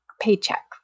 paycheck